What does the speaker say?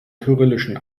kyrillischen